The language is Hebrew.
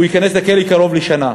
והוא ייכנס לכלא לקרוב לשנה.